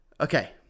Okay